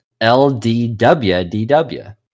LDWDW